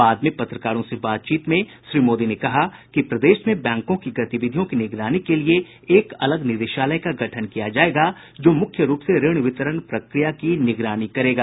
बाद में पत्रकारों से बातचीत में श्री मोदी ने कहा कि प्रदेश में बैंकों की गतिविधियों की निगरानी के लिए एक अलग निदेशालय का गठन किया जायेगा जो मुख्य रूप से ऋण वितरण प्रक्रिया की निगरानी करेगा